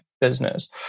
business